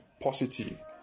positive